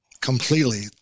completely